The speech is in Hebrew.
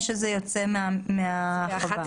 יוצא מהחווה.